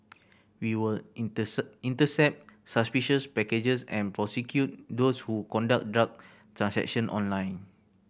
we will intercept suspicious packages and prosecute those who conduct drug transaction online